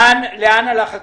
לאן הלך הכסף?